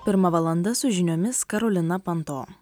pirma valanda su žiniomis karolina panto